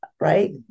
Right